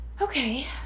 okay